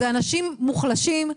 זה אנשים מוחלשים,